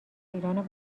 ایران